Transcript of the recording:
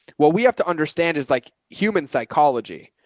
well, we have to understand is like human psychology.